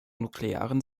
nuklearen